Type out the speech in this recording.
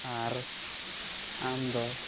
ᱟᱨ ᱟᱢᱫᱚ